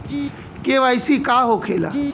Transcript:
KYC का होखेला?